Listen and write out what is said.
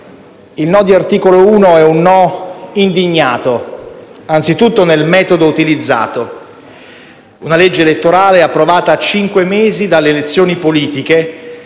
Il no di Articolo 1 è un no indignato, anzitutto nel metodo utilizzato: una legge elettorale approvata a cinque mesi dalle elezioni politiche,